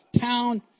town